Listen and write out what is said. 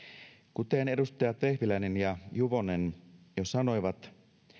kuten edustajat vehviläinen ja juvonen jo sanoivat